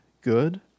good